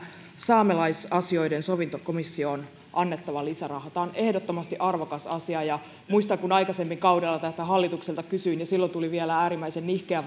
saamelaisasioiden sovintokomissiolle annettava lisäraha tämä on ehdottomasti arvokas asia muistan kun aikaisemmin tällä kaudella tätä hallitukselta kysyin ja silloin tuli vielä äärimmäisen nihkeä